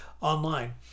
online